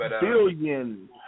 Billion